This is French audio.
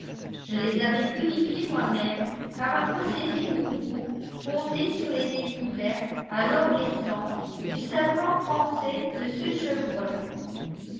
je les avais purifiées moi-même par un procédé nouveau fondé sur les découvertes alors récentes du savant français mr chevreul